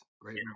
Great